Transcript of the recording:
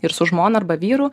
ir su žmona arba vyru